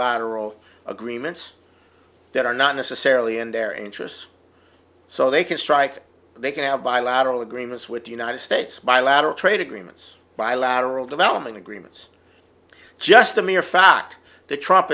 multilateral agreements that are not necessarily in their interests so they can strike they can have bilateral agreements with the united states bilateral trade agreements bilateral development agreements just the mere fact the tr